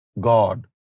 God